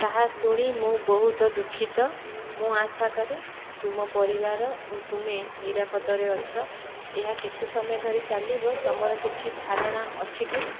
ତାହା ଶୁଣି ମୁଁ ବହୁତ ଦୁଃଖିତ ମୁଁ ଆଶା କରେ ତୁମ ପରିବାର ଓ ତୁମେ ନିରାପଦରେ ଅଛ ଏହା କେତେ ସମୟ ଧରିଚାଲିବ ତୁମର କିଛି ଧାରଣା ଅଛି କି